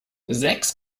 sechs